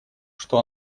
что